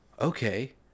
okay